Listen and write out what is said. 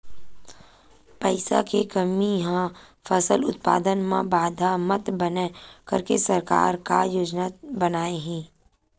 पईसा के कमी हा फसल उत्पादन मा बाधा मत बनाए करके सरकार का योजना बनाए हे?